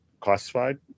classified